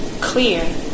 clear